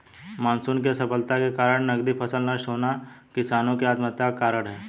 monsoon की असफलता के कारण नकदी फसल नष्ट होना किसानो की आत्महत्या का कारण है